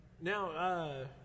Now